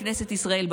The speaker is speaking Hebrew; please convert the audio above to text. בכנסת ישראל,